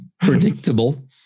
Predictable